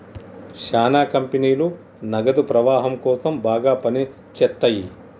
శ్యానా కంపెనీలు నగదు ప్రవాహం కోసం బాగా పని చేత్తయ్యి